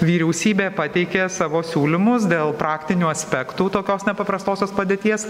vyriausybė pateikė savo siūlymus dėl praktinių aspektų tokios nepaprastosios padėties